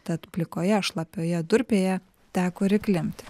tad plikoje šlapioje durpėje teko ir įklimpti